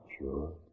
Sure